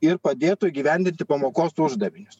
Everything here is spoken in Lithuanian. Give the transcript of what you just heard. ir padėtų įgyvendinti pamokos uždavinius